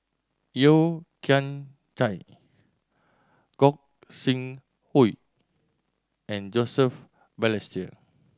Yeo Kian Chai Gog Sing Hooi and Joseph Balestier